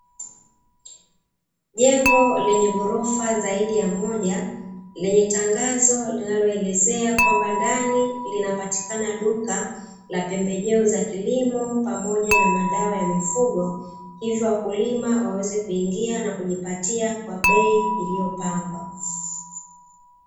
Jengo lenye ghorofa zaidi ya moja, lenye tangazo linaloelezea kwamba ndani linapatikana duka la pembejeo za kilimo pamoja na madawa ya mifugo, hivyo wakulima waweze kuingia na kujipatia kwa bei iliyopangwa.